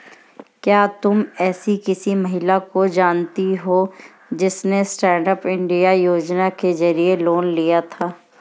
क्या तुम एसी किसी महिला को जानती हो जिसने स्टैन्डअप इंडिया योजना के जरिए लोन लिया था?